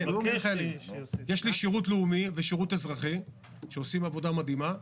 יש לי שירות לאומי ושירות אזרחי שעושים עבודה מדהימה.